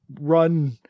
run